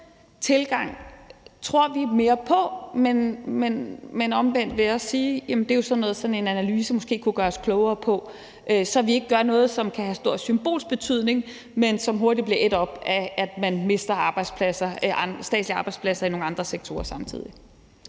Den tilgang tror vi mere på, men omvendt vil jeg også sige, at det er sådan noget, sådan en analyse måske kunne gøre os klogere på, så vi ikke gør noget, som kan have stor symbolsk betydning, men som hurtigt bliver ædt op af, at man mister statslige arbejdspladser i nogle andre sektorer samtidig.